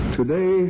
Today